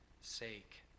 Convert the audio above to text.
sake